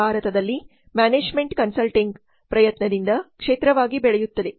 ಭಾರತದಲ್ಲಿ management consulting ಪ್ರಯತ್ನದಿಂದ ಕ್ಷೇತ್ರವಾಗಿ ಬೆಳೆಯುತ್ತಿದೆ